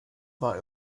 war